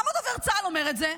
למה דובר צה"ל אומר את זה?